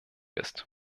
ist